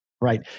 Right